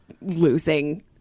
losing